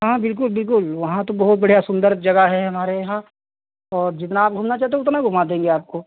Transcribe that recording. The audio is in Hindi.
हाँ हाँ बिल्कुल बिल्कुल वहाँ तो बहुत बढ़िया सुन्दर जगह है हमारे यहाँ और जितना आप घूमना चाहते उतना घुमा देंगे आपको